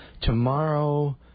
tomorrow